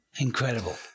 Incredible